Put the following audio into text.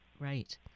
Right